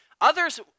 Others